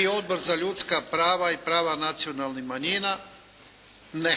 I Odbor za ljudska prava i prava nacionalnih manjina? Ne.